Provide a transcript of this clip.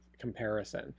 comparison